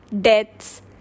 deaths